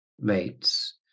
mates